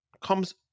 comes